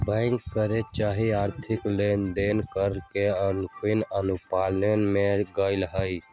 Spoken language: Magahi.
बैंक कर चाहे आर्थिक लेनदेन कर के अखनी अपनायल न गेल हइ